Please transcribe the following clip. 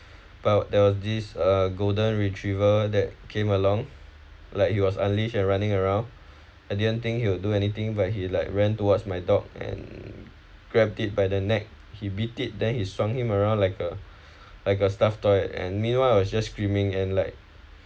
but there was this a golden retriever that came along like he was unleash and running around I didn't think he would do anything but he like ran towards my dog and grab it by the neck he beat it then he swung him around like a like a stuffed toy and meanwhile I was just screaming and like